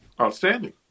Outstanding